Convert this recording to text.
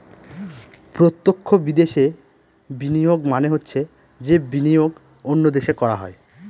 প্রত্যক্ষ বিদেশে বিনিয়োগ মানে হচ্ছে যে বিনিয়োগ অন্য দেশে করা হয়